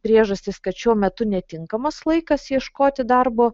priežastis kad šiuo metu netinkamas laikas ieškoti darbo